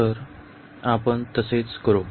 तर आपण तसेच करू